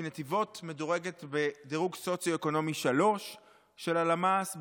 כי נתיבות מדורגת בדירוג סוציו-אקונומי 3 של הלמ"ס,